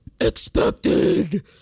expected